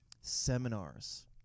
seminars